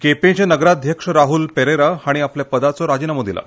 केंपेचे नगराध्यक्ष राहूल पेरेरा हांणी आपल्या पदाचो राजिनामो दिला